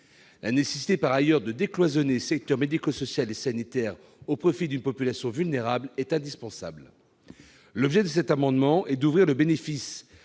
La nécessité par ailleurs de décloisonner secteur médico-social et sanitaire au profit d'une population vulnérable est indispensable. L'objet de cet amendement est d'ouvrir le bénéfice